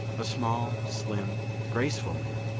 a small, slim graceful man,